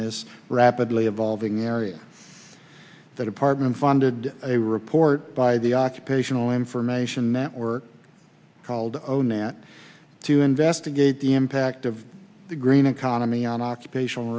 this rapidly evolving area that apartment funded a report by the occupational information network called own net to investigate the impact of the green economy on occupational